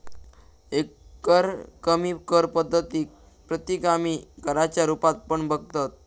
एकरकमी कर पद्धतीक प्रतिगामी कराच्या रुपात पण बघतत